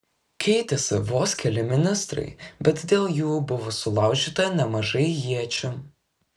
keitėsi vos keli ministrai bet dėl jų buvo sulaužyta nemažai iečių